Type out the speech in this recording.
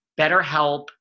Betterhelp